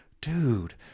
Dude